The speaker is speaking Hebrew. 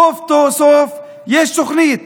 סוף כל סוף יש תוכנית.